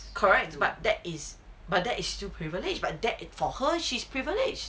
correct but that is but that is still privilege but that for her it's still privilege